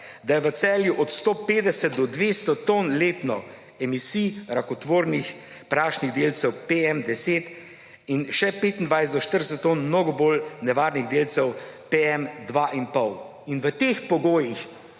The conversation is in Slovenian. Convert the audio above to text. da je v Celju od 150 do 200 ton letno emisij rakotvornih prašnih delcev PM10 in še 25 do 40 ton mnogo bolj nevarnih delcev PM2,5. In v teh pogojih